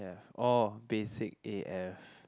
oh basic a_f